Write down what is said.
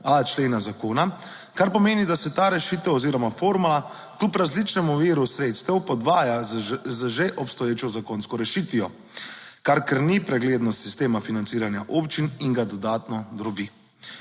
člena zakona, kar pomeni, da se ta rešitev oziroma formula kljub različnemu viru sredstev podvaja z že obstoječo zakonsko rešitvijo, kar krni preglednost sistema financiranja občin in ga dodatno drobi.